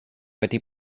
wedi